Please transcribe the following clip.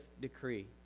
decree